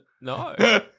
No